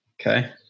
Okay